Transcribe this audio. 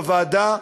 בוועדה,